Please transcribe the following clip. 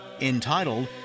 entitled